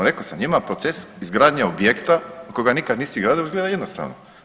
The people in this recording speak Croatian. Rekao sam ima proces izgradnje objekta kojega nikad nisi gradio izgleda jednostavno.